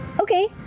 Okay